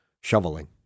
shoveling